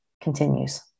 continues